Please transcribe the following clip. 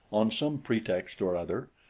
on some pretext or other,